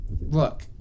look